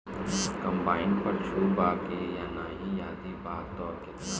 Combine पर छूट बा की नाहीं यदि बा त केतना?